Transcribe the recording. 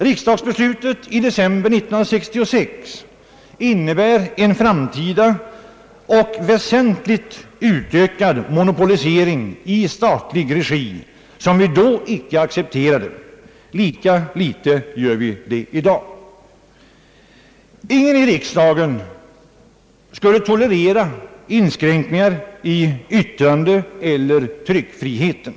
Riksdagsbeslutet i december 1966 innebär en framtida och väsentligt utökad monopolisering i statlig regi, som vi då inte accepterade. Lika litet gör vi det i dag. Ingen i riksdagen skulle tolerera inskränkningar i yttrandeeller tryckfriheten.